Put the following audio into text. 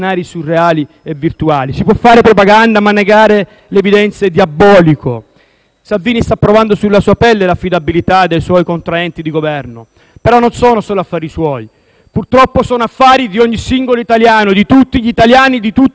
Salvini sta provando sulla sua pelle l'affidabilità dei suoi contraenti di Governo, però non sono solo affari suoi. Purtroppo sono affari di ogni singolo italiano, di tutti gli italiani e di tutto il nostro Paese che questo Governo sta accompagnando sulla via del tramonto economico.